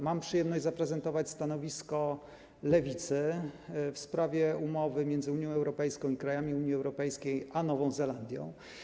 Mam przyjemność zaprezentować stanowisko Lewicy w sprawie umowy między Unią Europejską i krajami Unii Europejskiej a Nową Zelandią.